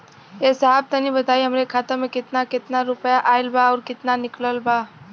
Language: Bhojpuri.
ए साहब तनि बताई हमरे खाता मे कितना केतना रुपया आईल बा अउर कितना निकलल बा?